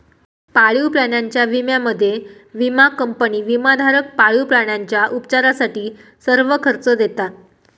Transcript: पाळीव प्राण्यांच्या विम्यामध्ये, विमा कंपनी विमाधारक पाळीव प्राण्यांच्या उपचारासाठी सर्व खर्च देता